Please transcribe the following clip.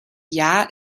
jahr